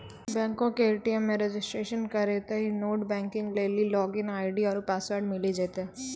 बैंको के ए.टी.एम मे रजिस्ट्रेशन करितेंह नेट बैंकिग लेली लागिन आई.डी आरु पासवर्ड मिली जैतै